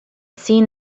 seen